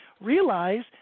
realize